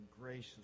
gracious